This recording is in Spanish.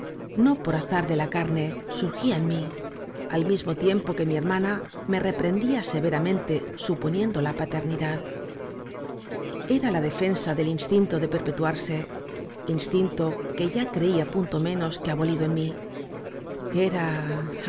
no por azar de la carne surgía en mí al mismo tiempo que mi hermana me reprendía severamente suponiendo la paternidad era la defensa del instinto de perpetuarse instinto que ya creíapunto menos que abolido en mí era